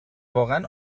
واقعا